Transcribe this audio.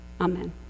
Amen